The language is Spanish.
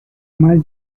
más